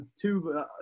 two